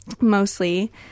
mostly